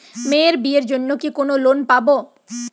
মেয়ের বিয়ের জন্য কি কোন লোন পাব?